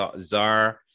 czar